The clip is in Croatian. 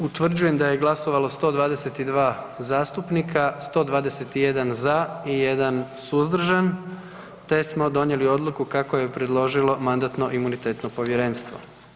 Utvrđujem da je glasovalo 122 zastupnika, 121 za i 1 suzdržan te smo donijeli odluku kako je predložilo Mandatno-imunitetno povjerenstvo.